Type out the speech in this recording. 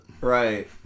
Right